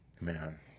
Man